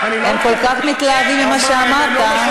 הם כל כך מתלהבים ממה שאמרת,